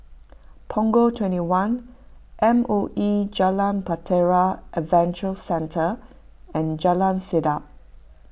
Punggol twenty one M O E Jalan Bahtera Adventure Centre and Jalan Sedap